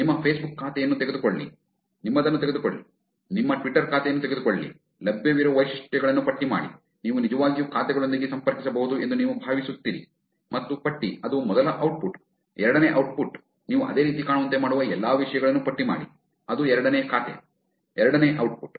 ನಿಮ್ಮ ಫೇಸ್ಬುಕ್ ಖಾತೆಯನ್ನು ತೆಗೆದುಕೊಳ್ಳಿ ನಿಮ್ಮದನ್ನು ತೆಗೆದುಕೊಳ್ಳಿ ನಿಮ್ಮ ಟ್ವಿಟರ್ ಖಾತೆಯನ್ನು ತೆಗೆದುಕೊಳ್ಳಿ ಲಭ್ಯವಿರುವ ವೈಶಿಷ್ಟ್ಯಗಳನ್ನು ಪಟ್ಟಿ ಮಾಡಿ ನೀವು ನಿಜವಾಗಿಯೂ ಖಾತೆಗಳೊಂದಿಗೆ ಸಂಪರ್ಕಿಸಬಹುದು ಎಂದು ನೀವು ಭಾವಿಸುತ್ತೀರಿ ಮತ್ತು ಪಟ್ಟಿ ಅದು ಮೊದಲ ಔಟ್ಪುಟ್ ಎರಡನೇ ಔಟ್ಪುಟ್ ನೀವು ಅದೇ ರೀತಿ ಕಾಣುವಂತೆ ಮಾಡುವ ಎಲ್ಲಾ ವಿಷಯಗಳನ್ನು ಪಟ್ಟಿ ಮಾಡಿ ಅದು ಎರಡನೇ ಖಾತೆ ಎರಡನೇ ಔಟ್ಪುಟ್